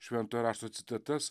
šventojo rašto citatas